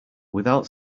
without